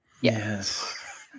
Yes